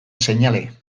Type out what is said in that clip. seinale